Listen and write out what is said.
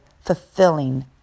fulfilling